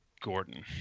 Gordon